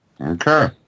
Okay